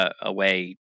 away